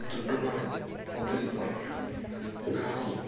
ದುಡ್ಡು ಮಾಡಿದ್ದು ಮೊಬೈಲ್ ಫೋನ್ಗಳು ನಾವು